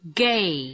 gay